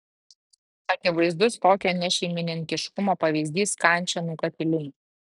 akivaizdus tokio nešeimininkiškumo pavyzdys kančėnų katilinė